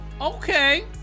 okay